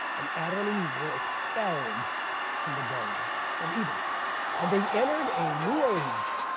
and adam and eve were expelled from the garden of eden and they entered a new age.